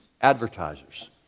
Advertisers